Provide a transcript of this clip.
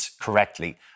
correctly